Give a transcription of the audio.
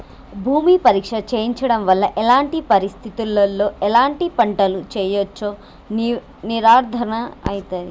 భూమి పరీక్ష చేయించడం వల్ల ఎలాంటి పరిస్థితిలో ఎలాంటి పంటలు వేయచ్చో నిర్ధారణ అయితదా?